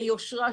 ביושרה,